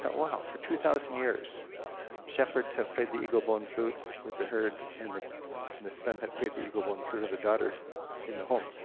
wow, for two thousand years shepherds have played the eagle bone flute with the herd, and the the son had played the eagle bone flute, or the daughter in the home,